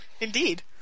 Indeed